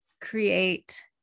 create